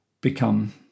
become